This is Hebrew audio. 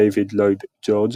דייוויד לויד ג'ורג',